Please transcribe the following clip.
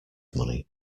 money